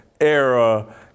era